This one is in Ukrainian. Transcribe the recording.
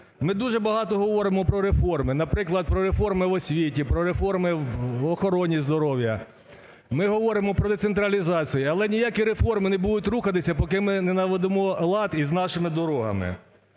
Ми дуже багато говоримо про реформи, наприклад, про реформи в освіті, про реформи в охороні здоров'я, ми говоримо про децентралізацію, але ніякі реформи не будуть рухатися, поки ми не наведемо лад із нашими дорогами.